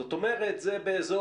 זאת אומרת, זה בערך